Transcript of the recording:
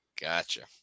Gotcha